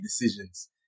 decisions